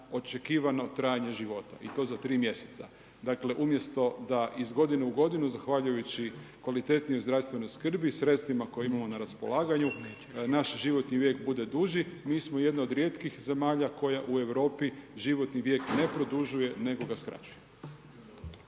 očekivano trajanje života i to za 3 mjeseca. Dakle, umjesto da iz godine u godinu zahvaljujući kvalitetnijoj zdravstvenoj skrbi, sredstvima koja imamo na raspolaganju naš životni vijek bude duži mi smo jedna od rijetkih zemalja koja u Europi životni vijek ne produžuje nego ga skraćuje.